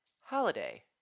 holiday